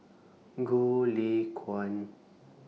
Goh Lay Kuan